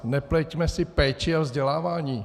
Nepleťme si péči a vzdělávání.